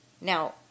Now